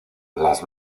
las